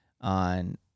on